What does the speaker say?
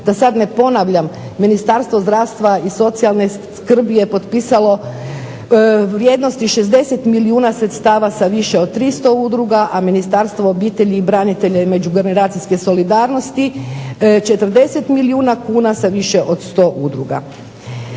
da sada ne ponavljam. Ministarstvo zdravstva i socijalne skrbi je potpisalo vrijednosti 60 milijuna sredstava sa više od 300 udruga, a Ministarstvo obitelji, branitelja i međugeneracijske solidarnosti 40 milijuna kuna sa više od 100 udruga.